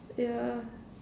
yeah